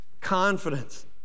Confidence